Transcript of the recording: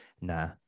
Nah